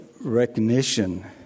recognition